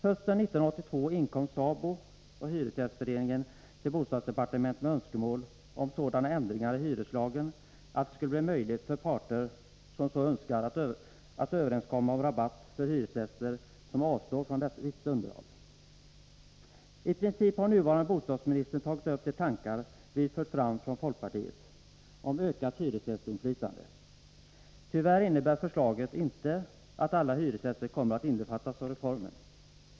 Hösten 1982 inkom SABO och Hyresgästföreningen till bostadsdepartementet med önskemål om sådana ändringar i hyreslagen att det skulle bli möjligt för parter som så önskar att överenskomma om rabatt för hyresgäster som avstår från visst underhåll. I princip har nuvarande bostadsministern följt upp de tankar som vi från folkpartiet fört fram om ökat hyresgästinflytande. Tyvärr innebär dock förslaget att inte alla hyresgäster kommer att innefattas av reformen.